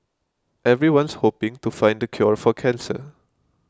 everyone's hoping to find the cure for cancer